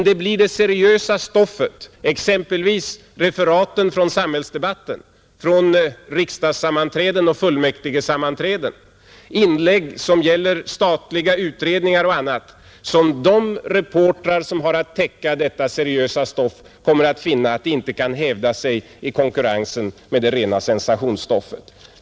Det blir det seriösa stoffet, exempelvis referaten från samhällsdebatten, från riksdagssammanträden och fullmäktigesammanträden, inlägg som gäller statliga utredningar och annat. De reportrar som har att täcka detta seriösa stoff kommer att finna att de inte kan hävda sig i konkurrensen med ett mer sensationsbetonat stoff.